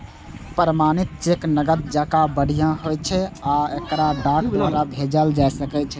प्रमाणित चेक नकद जकां बढ़िया होइ छै आ एकरा डाक द्वारा भेजल जा सकै छै